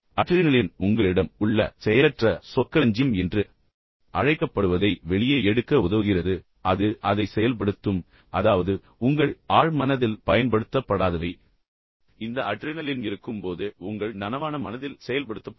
adrenaline உங்களிடம் உள்ள செயலற்ற சொற்களஞ்சியம் என்று அழைக்கப்படுவதை வெளியே எடுக்க உதவுகிறது அது அதை செயல்படுத்தும் அதாவது உங்கள் ஆழ் மனதில் பயன்படுத்தப்படாதவை இந்த அட்ரினலின் இருக்கும்போது உங்கள் நனவான மனதில் செயல்படுத்தப்படும்